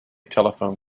telephone